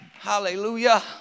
Hallelujah